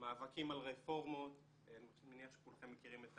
מאבקים על רפורמות אני מניח שכולכם מכירים את